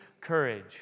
courage